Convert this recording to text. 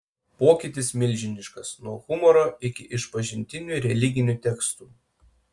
pokytis milžiniškas nuo humoro iki išpažintinių religinių tekstų